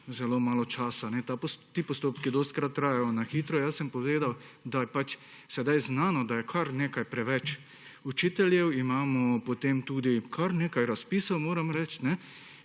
zelo malo časa. Ti postopki so dostikrat na hitro. Povedal sem, da je sedaj znano, da je kar nekaj preveč učiteljev, imamo potem tudi kar nekaj razpisov, moram reči.